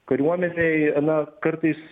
kariuomenėj na kartais